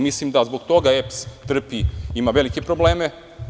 Mislim da zbog toga EPS trpi i ima velike probleme.